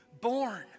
born